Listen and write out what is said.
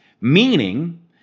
meaning